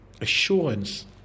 assurance